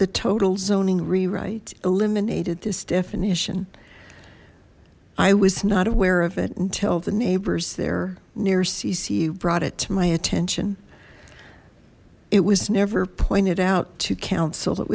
the total zoning rewrite eliminated this definition i was not aware of it until the neighbors they're near cc you brought it to my attention it was never pointed out to coun